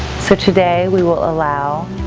so today, we will allow